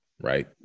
right